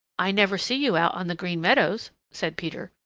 i never see you out on the green meadows, said peter.